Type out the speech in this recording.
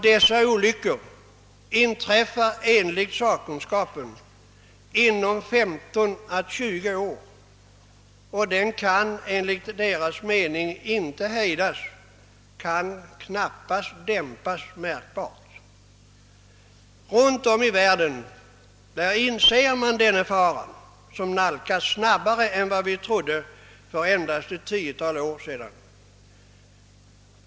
Dessa skall enligt sakkunskapen inträffa om 15—20 år och kan icke hejdas, knappast ens dämpas märkbart. Runtom i världen inser man den fara som sålunda nalkas mycket snabbare än vi för ett tiotal år sedan trodde skulle vara fallet.